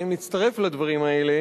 אני מצטרף לדברים האלה